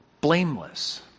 blameless